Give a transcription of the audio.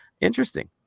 interesting